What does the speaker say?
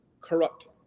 corrupt